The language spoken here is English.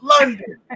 London